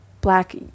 black